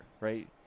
right